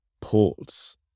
ports